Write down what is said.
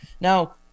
Now